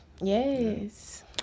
yes